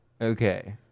Okay